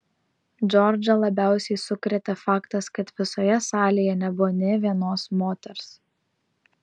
džordžą labiausiai sukrėtė faktas kad visoje salėje nebuvo nė vienos moters